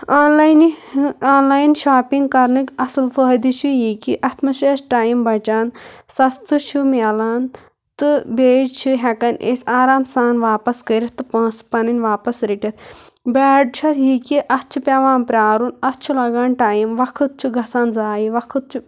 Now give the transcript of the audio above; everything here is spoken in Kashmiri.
آن لاینہِ آن لایَن شاپِنٛگ کَرنٕکۍ اَصٕل فٲیِدٕ چھِ یہِ کہِ اَتھ منٛز چھُ اَسہِ ٹایم بَچان سَستہٕ چھُ میلان تہٕ بیٚیہِ چھِ ہٮ۪کان أسۍ آرام سان واپس کٔرِتھ تہٕ پونٛسہٕ پنٕنۍ واپس رٔٹتھ بیڈ چھُ اَتھ یہِ کہِ اَتھ چھِ پیٚوان پرٛارُن اَتھ چھُ لَگان ٹایِم وقت چھُ گَژھُن زایہِ وقت چھُ